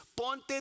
Ponte